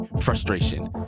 frustration